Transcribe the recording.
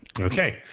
Okay